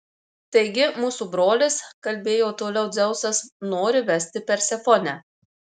taigi mūsų brolis kalbėjo toliau dzeusas nori vesti persefonę